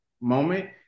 moment